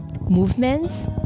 movements